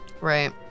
Right